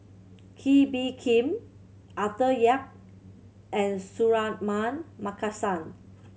Kee Bee Khim Arthur Yap and Suratman Markasan